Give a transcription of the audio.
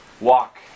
walk